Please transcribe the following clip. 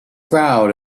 crowd